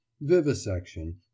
vivisection